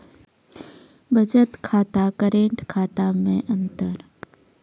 बचत खाता करेंट खाता मे अंतर?